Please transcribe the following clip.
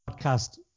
podcast